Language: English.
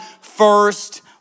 first